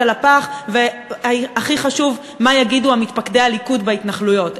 לפח והכי חשוב מה יגידו מתפקדי הליכוד בהתנחלויות,